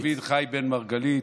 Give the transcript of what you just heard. דוד חי בן מרגלית.